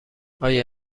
آیا